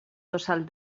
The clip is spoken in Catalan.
tossal